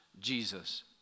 Jesus